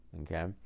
okay